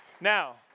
Now